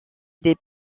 des